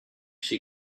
she